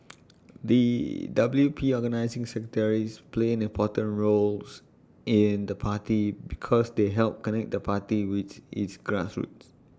the W P organising secretaries play an important roles in the party because they help connect the party with its grassroots